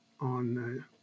on